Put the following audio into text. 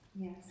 Yes